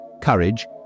courage